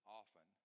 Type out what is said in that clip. often